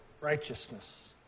righteousness